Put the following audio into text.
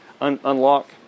unlock